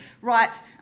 right